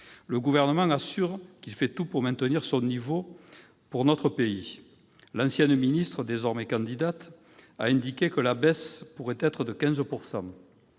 le Gouvernement assure qu'il fait tout pour maintenir son niveau au profit de notre pays. L'ancienne ministre, désormais candidate, a indiqué que la baisse pourrait être de 15